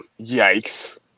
Yikes